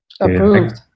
Approved